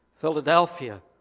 Philadelphia